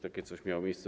Takie coś miało miejsce.